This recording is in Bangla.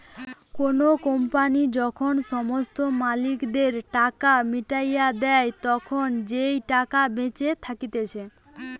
কোনো কোম্পানি যখন সমস্ত মালিকদের টাকা মিটাইয়া দেই, তখন যেই টাকাটা বেঁচে থাকতিছে